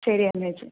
ശരി എന്ന വെച്ചോ